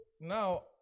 now